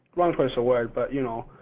wrong choice of word but, you know,